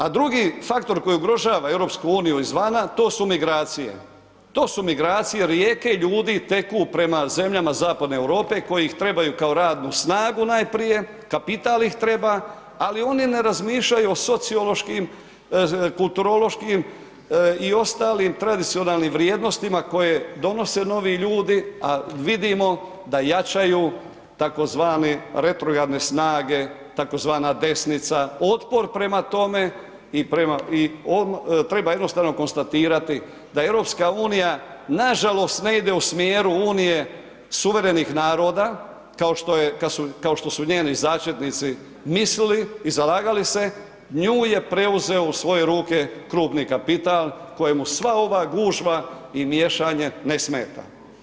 A drugi faktor koji ugrožava EU izvana to su migracije, to su migracije, rijeke ljudi teku prema zemljama zapadne Europe koji ih trebaju kao radnu snagu najprije, kapital ih treba, ali oni ne razmišljaju o sociološkim, kulturološkim i ostalim tradicionalnim vrijednostima koje donose novi ljudi, a vidimo da jačaju tzv. retrogramne snage tzv. desnica, otpor prema tome i treba jednostavno konstatirati da EU nažalost ne ide u smjeru Unije suverenih naroda kao što su njeni začetnici mislili i zalagali se, nju je preuzeo u svoje ruke krupni kapital kojemu sva ova gužva i miješanje ne smeta.